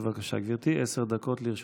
בבקשה, גברתי, עשר דקות לרשותך.